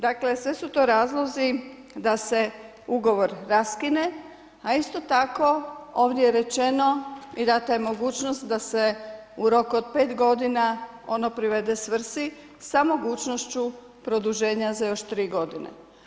Dakle sve su to razlozi da se ugovor raskine, a isto tako ovdje je rečeno i dana je mogućnost da se u roku od pet godina ono privede svrsi sa mogućnošću produženja za još tri godine.